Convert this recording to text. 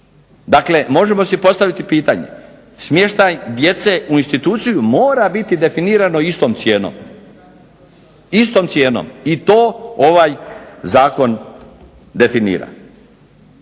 Dakle možemo si postaviti pitanje, smještaj djece u instituciju mora biti definirano istom cijenom i to ovaj zakon definira.